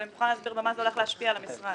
אבל אם תוכל להסביר במה זה הולך להשפיע על המשרד.